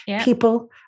people